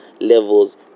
levels